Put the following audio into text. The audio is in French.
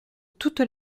toutes